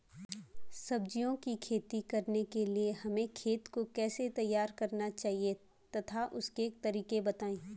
सब्जियों की खेती करने के लिए हमें खेत को कैसे तैयार करना चाहिए तथा उसके तरीके बताएं?